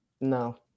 No